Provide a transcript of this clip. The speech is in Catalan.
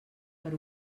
per